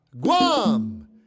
Guam